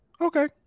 Okay